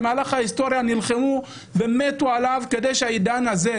במהלך ההיסטוריה נלחמו ומתו כדי שבעידן הזה,